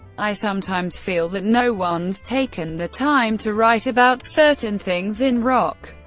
i sometimes feel that no one's taken the time to write about certain things in rock,